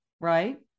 right